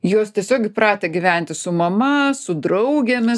jos tiesiog įpratę gyventi su mama su draugėmis